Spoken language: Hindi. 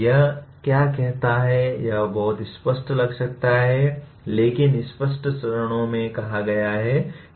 यह क्या कहता है यह बहुत स्पष्ट लग सकता है लेकिन स्पष्ट चरणों में कहा गया है